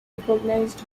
recognised